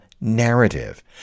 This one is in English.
narrative